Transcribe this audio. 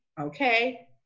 okay